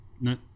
no